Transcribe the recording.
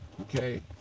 okay